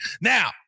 Now